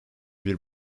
bir